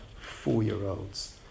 four-year-olds